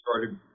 started